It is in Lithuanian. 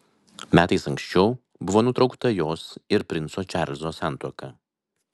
metais anksčiau buvo nutraukta jos ir princo čarlzo santuoka